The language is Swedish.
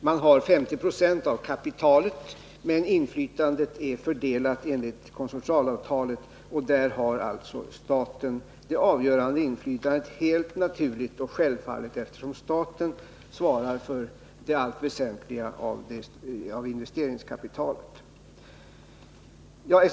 De har 50 20 av kapitalet, men inflytandet är fördelat enligt konsortialavtalet, och där har staten det avgörande inflytandet — helt naturligt och självfallet eftersom staten svarar för det väsentliga av investeringskapitalet.